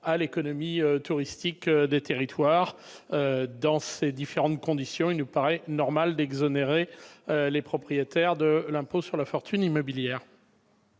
à l'économie touristique du territoire. Sous ces conditions, il nous paraît normal d'exonérer les propriétaires de l'impôt sur la fortune immobilière.